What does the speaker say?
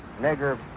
nigger